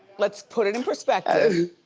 let's put it in perspective.